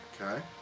Okay